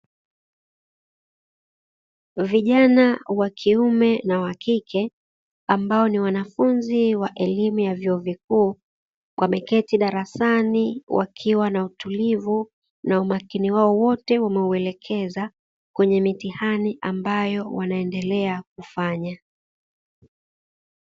Vijana wa kiume na wa kike ambao ni wanafunzi wa elimu ya vyuo kikuu, wameketi darasani wakiwa na utulivu na umakini wao wote wameuelekeza kwenye mitihani ambayo wanaendelea kufanya.